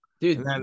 Dude